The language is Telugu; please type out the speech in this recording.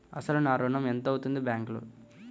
అసలు నా ఋణం ఎంతవుంది బ్యాంక్లో?